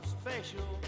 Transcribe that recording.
special